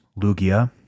lugia